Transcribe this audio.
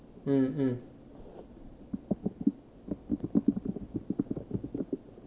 mm mm